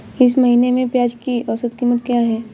इस महीने में प्याज की औसत कीमत क्या है?